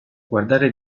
guardare